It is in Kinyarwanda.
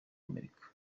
amerika